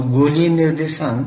तो गोलीय निर्देशांक